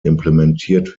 implementiert